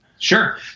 Sure